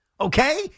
okay